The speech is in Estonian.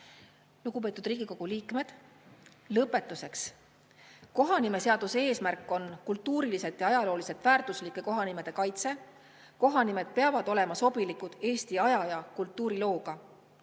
Lugupeetud Riigikogu liikmed! Lõpetuseks. Kohanimeseaduse eesmärk on kultuuriliselt ja ajalooliselt väärtuslike kohanimede kaitse. Kohanimed peavad sobima Eesti aja- ja kultuurilooga.